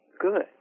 good